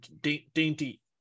dainty